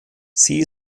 sie